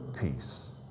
peace